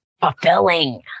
Fulfilling